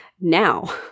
Now